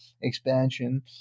expansion